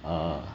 err